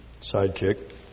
sidekick